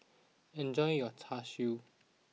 enjoy your Char Siu